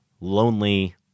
lonely